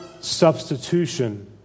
substitution